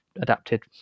adapted